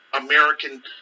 American